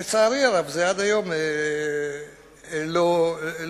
לצערי הרב זה עד היום לא הועיל.